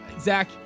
Zach